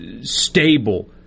stable